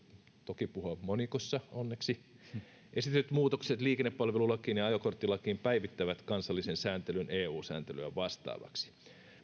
toki puhua monikossa onneksi esitetyt muutokset liikennepalvelulakiin ja ajokorttilakiin päivittävät kansallisen sääntelyn eu sääntelyä vastaavaksi